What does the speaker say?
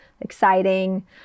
exciting